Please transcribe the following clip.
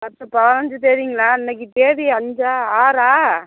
பத்து பாஞ்சு தேதிங்களா இன்னிக்கு தேதி அஞ்சா ஆறா